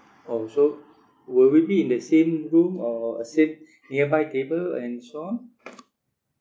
orh so will we be in the same room or a same nearby table and so on